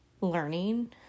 learning